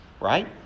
right